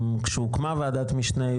גם כשהוקמה ועדת המשנה,